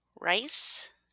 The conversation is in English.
Rice